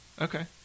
okay